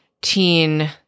teen